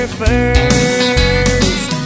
first